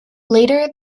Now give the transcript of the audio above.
later